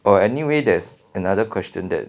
orh anyway there's another question that